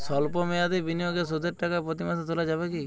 সল্প মেয়াদি বিনিয়োগে সুদের টাকা প্রতি মাসে তোলা যাবে কি?